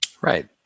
Right